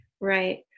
Right